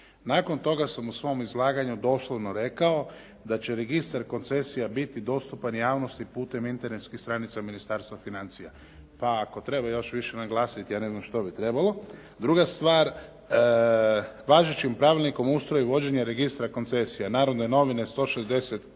Nakon toga sam u svom izlaganju doslovno rekao da će registar koncesija biti dostupan javnosti putem internetskih stranica Ministarstva financija, pa ako treba još više naglasiti ja ne znam što bi trebalo. Druga stvar, važećim Pravilnikom o ustroju i vođenju registra koncesija “Narodne novine“ 160